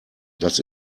das